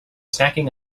snacking